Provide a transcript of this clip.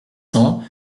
cents